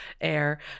air